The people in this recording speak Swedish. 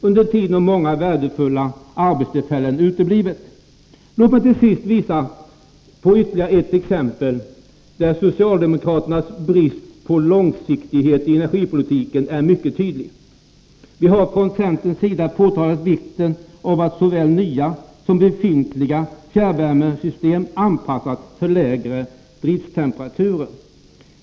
Under tiden har många värdefulla arbetstillfällen uteblivit. Låt mig till sist visa på ytterligare ett exempel där socialdemokraternas brist på långsiktighet i energipolitiken är mycket tydlig. Vi har från centerns sida påtalat vikten av att såväl nya som befintliga fjärrvärmesystem anpassas för lägre drifttemperaturer.